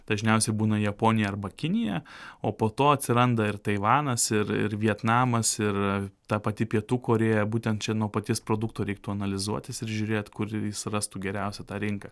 dažniausiai būna japonija arba kinija o po to atsiranda ir taivanas ir ir vietnamas ir ta pati pietų korėja būtent čia nuo paties produkto reiktų analizuotis ir žiūrėt kur jis rastų geriausią tą rinką